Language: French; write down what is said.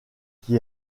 qui